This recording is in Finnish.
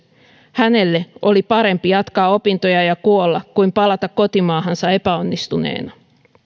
hänelle oli parempi jatkaa opintoja ja kuolla kuin palata kotimaahansa epäonnistuneena